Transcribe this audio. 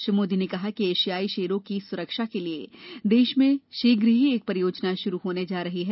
श्री मोदी ने कहा कि एशियाई शेरों की सुरक्षा के लिए देश में शीघ्र ही एक परियोजना शुरू होने जा रही है